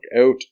out